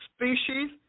Species